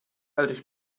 alt